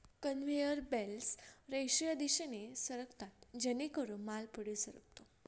conveyor belts रेषीय दिशेने सरकतात जेणेकरून माल पुढे सरकतो